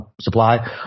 supply